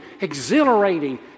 exhilarating